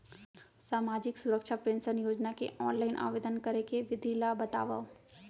सामाजिक सुरक्षा पेंशन योजना के ऑनलाइन आवेदन करे के विधि ला बतावव